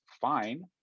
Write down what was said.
fine